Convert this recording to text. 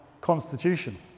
constitution